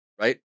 Right